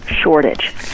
shortage